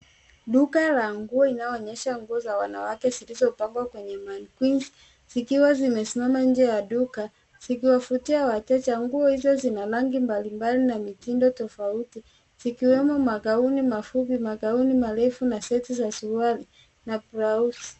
Duka la nguo inayoonyesha nguo za wanawake zilizopangwa kwenye mannequinns zikiwa zimesimama nje ya duka zikiwavutia wateja . Nguo hizo zina rangi mbalimbali na mitindo tofauti zikiwemo magauni mafupi, magauni marefu na seti za suruali na blauzi.